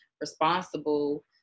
responsible